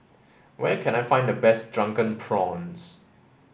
where can I find the best drunken prawns